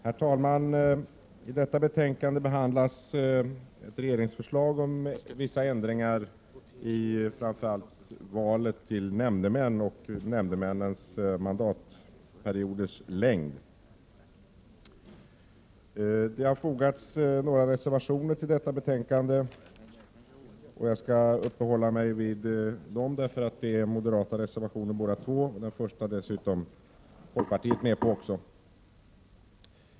Herr talman! I detta betänkande behandlas regeringsförslag om vissa ändringar beträffande val av nämndemän och mandatperiodens längd för nämndemän. Det har fogats ett par reservationer till betänkandet, och jag skall uppehålla mig vid dem, eftersom det är moderata reservationer båda två. Den första är dessutom folkpartiet med på.